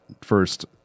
first